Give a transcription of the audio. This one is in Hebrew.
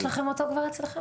יש לכם אותו כבר אצלכם?